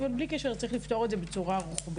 אבל, בלי קשר, צריך לפתור את זה בצורה רוחבית.